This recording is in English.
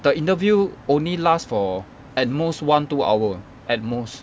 the interview only last for at most one two hour at most